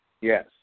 Yes